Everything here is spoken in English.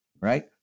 right